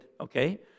okay